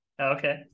Okay